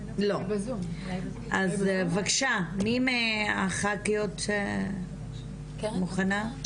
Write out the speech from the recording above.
אז בבקשה מי מהחכיות מוכנה?